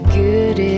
good